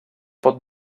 pot